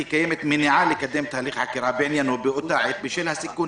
קיימת מניעה לקדם את הליך החקירה בעניינו באותה עת בשל הסיכון